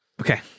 Okay